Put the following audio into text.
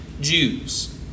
Jews